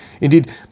Indeed